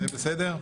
זה בסדר?